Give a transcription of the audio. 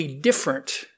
different